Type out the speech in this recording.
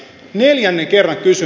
neljännen kerran kysyn